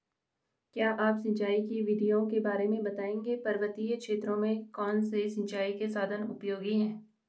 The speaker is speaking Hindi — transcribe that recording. क्या आप सिंचाई की विधियों के बारे में बताएंगे पर्वतीय क्षेत्रों में कौन से सिंचाई के साधन उपयोगी हैं?